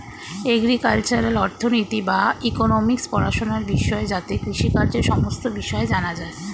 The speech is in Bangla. এগ্রিকালচারাল অর্থনীতি বা ইকোনোমিক্স পড়াশোনার বিষয় যাতে কৃষিকাজের সমস্ত বিষয় জানা যায়